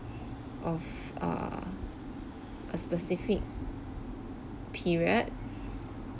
of err a specific period